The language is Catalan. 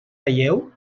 relleu